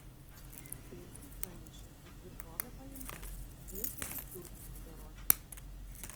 uosiui pranešiau kad tvirtovė paimta reikia tik turtus sudoroti